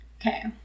okay